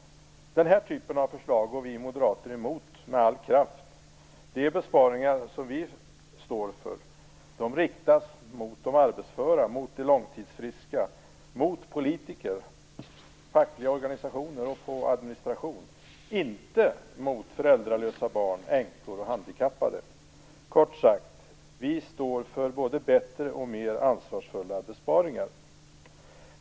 Den typen av besparingar går vi moderater emot med all kraft. De besparingar vi står för riktas mot de arbetsföra, mot de långtidsfriska, mot politiker, mot fackliga organisationer och mot administration. De riktas inte mot föräldralösa barn, änkor och handikappade. Vi står kort sagt för både bättre och mer ansvarsfulla besparingar.